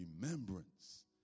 remembrance